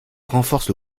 renforcent